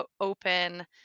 open